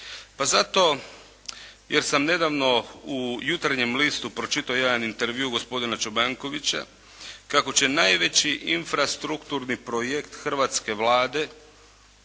Pa zato jer sam nedavno u "Jutarnjem listu" pročitao jedan intervju gospodina Čobankovića, kako će najveći infrastrukturni projekt hrvatske Vlade